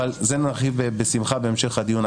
אבל על זה נרחיב בשמחה בהמשך הדיון.